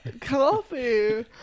coffee